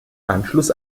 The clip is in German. anschluss